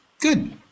good